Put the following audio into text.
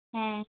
ᱦᱮᱸ